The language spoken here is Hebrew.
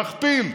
להכפיל,